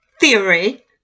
theory